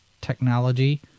technology